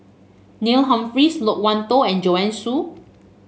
Neil Humphreys Loke Wan Tho and Joanne Soo